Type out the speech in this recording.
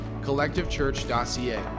collectivechurch.ca